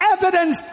evidence